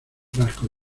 frasco